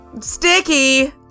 sticky